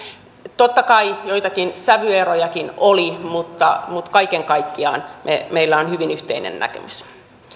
totta kai joitakin sävyerojakin oli mutta mutta kaiken kaikkiaan meillä on hyvin yhteinen näkemys